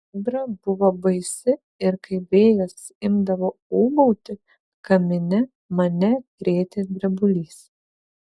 audra buvo baisi ir kai vėjas imdavo ūbauti kamine mane krėtė drebulys